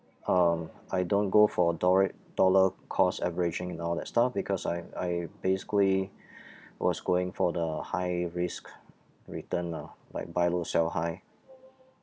um I don't go for doric~ dollar cost averaging and all that stuff because I I basically was going for the high risk return ah like buy low sell high